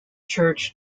church